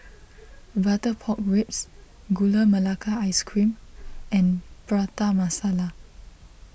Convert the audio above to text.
Butter Pork Ribs Gula Melaka Ice Cream and Prata Masala